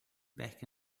back